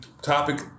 topic